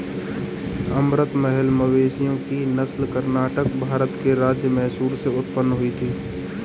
अमृत महल मवेशियों की नस्ल कर्नाटक, भारत के राज्य मैसूर से उत्पन्न हुई थी